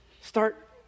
start